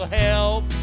help